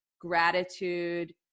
gratitude